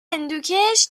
هندوکش